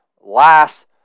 Last